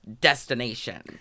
destination